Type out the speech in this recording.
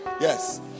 Yes